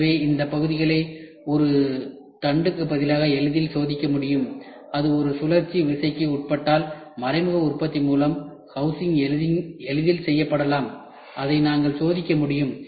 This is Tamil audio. எனவே இந்த பகுதிகளை ஒரு தண்டுக்கு பதிலாக எளிதில் சோதிக்க முடியும் அது ஒரு சுழற்சி விசைக்குஉட்பட்டால் மறைமுக உற்பத்தி மூலம் ஹவுசிங் எளிதில் செய்யப்படலாம் அதை நாங்கள் சோதிக்க முடியும்